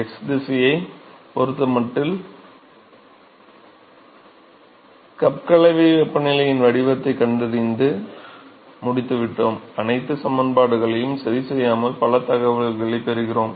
x திசையைப் பொறுத்தமட்டில் கப் கலவை வெப்பநிலையின் வடிவத்தைக் கண்டறிந்து முடித்துவிட்டோம் அனைத்து சமன்பாடுகளையும் சரி செய்யாமல் பல தகவல்களைப் பெறுகிறோம்